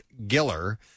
Giller